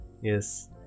Yes